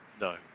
No